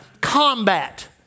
combat